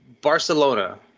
Barcelona